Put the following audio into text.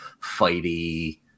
fighty